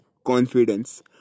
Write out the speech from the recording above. confidence